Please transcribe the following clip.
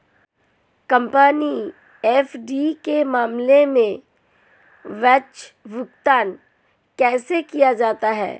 Company FD के मामले में ब्याज भुगतान कैसे किया जाता है?